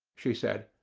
she said.